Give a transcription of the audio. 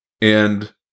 and-